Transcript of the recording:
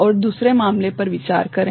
और दूसरे मामले पर विचार करें